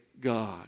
God